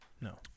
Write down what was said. No